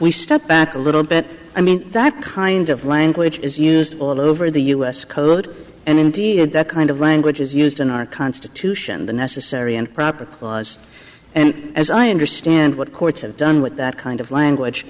we step back a little bit i mean that kind of language is used all over the us code and indeed that kind of language is used in our constitution the necessary and proper clause and as i understand what courts have done with that kind of language